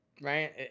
right